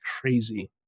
crazy